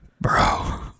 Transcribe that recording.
Bro